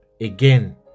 again